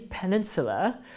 Peninsula